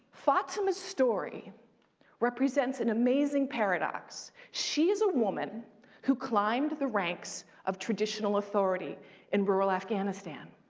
fatima's story represents an amazing paradox. she is a woman who climbed the ranks of traditional authority in rural afghanistan.